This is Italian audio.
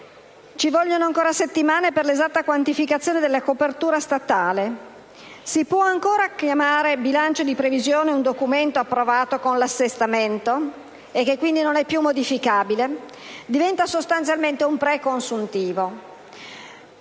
Ci vogliono ancora settimane per l'esatta quantificazione della copertura statale. Si può ancora chiamare bilancio di previsione un documento approvato con l'assestamento e che quindi non è più modificabile? Diventa sostanzialmente un preconsuntivo.